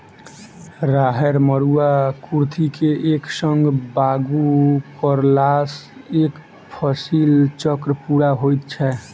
राहैड़, मरूआ, कुर्थी के एक संग बागु करलासॅ एक फसिल चक्र पूरा होइत छै